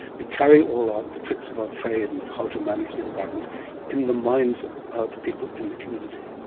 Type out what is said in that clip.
we carry all ah the tricks of our trade and of how to manage the environment in the minds of the people in the community.